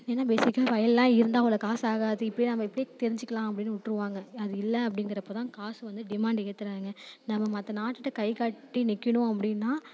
ஏன்னால் பேஸிக்காக வயல்லாம் இருந்தால் அவ்வளோ காசு ஆகாது இப்டி நம்ம இப்டி தெரிஞ்சுக்கலாம் அப்படின்னு விட்ருவாங்க அது இல்லை அப்படிங்கிறப்ப தான் காசு வந்து டிமாண்டு ஏத்துறாங்க நம்ம மற்ற நாடுகிட்ட கைக்கட்டி நிற்கணும் அப்படின்னா